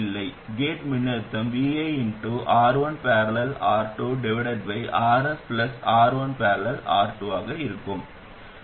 gate மின்னழுத்தம் viR1||R2RSR1||R2 ஆக இருக்கும்